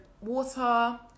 water